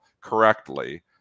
correctly